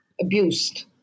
abused